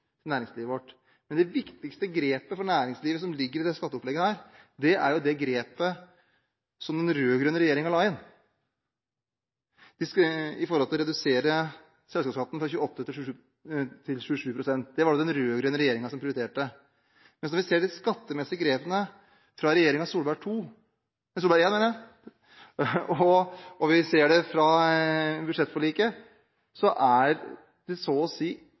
næringslivet vårt. Men det viktigste grepet for næringslivet som ligger i dette skatteopplegget, er jo det grepet som den rød-grønne regjeringen la inn når det gjelder å redusere selskapsskatten fra 28 til 27 pst. Det var det den rød-grønne regjeringen som prioriterte, mens når vi ser de skattemessige grepene fra regjeringen Solberg – og vi ser det fra budsjettforliket – er det så å si